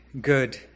good